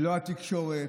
ולא התקשורת,